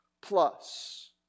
plus